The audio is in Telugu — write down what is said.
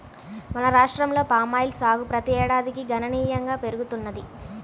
మన రాష్ట్రంలో పామాయిల్ సాగు ప్రతి ఏడాదికి గణనీయంగా పెరుగుతున్నది